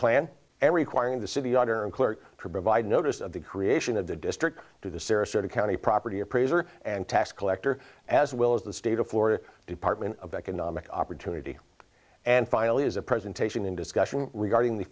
choir in the city daughter and clerk provide notice of the creation of the district to the sarasota county property appraiser and tax collector as well as the state of florida department of economic opportunity and finally is a presentation in discussion regarding the